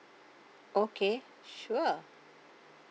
okay sure